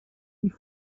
die